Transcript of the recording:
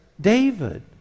David